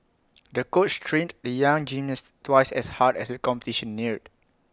the coach trained the young gymnast twice as hard as the competition neared